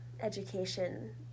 education